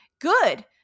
Good